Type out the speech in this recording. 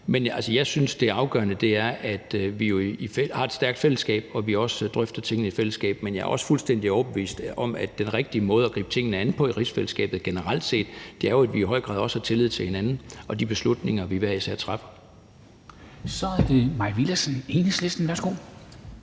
synes, at det afgørende er, at vi har et stærkt fællesskab, og at vi også drøfter tingene i fællesskab. Men jeg er også fuldstændig overbevist om, at den rigtige måde at gribe tingene an på i rigsfællesskabet generelt set er, at vi i høj grad også har tillid til hinanden og de beslutninger, vi hver især træffer. Kl. 14:18 Formanden (Henrik